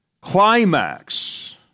climax